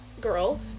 girl